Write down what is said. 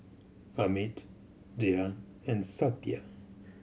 Amit Dhyan and Satya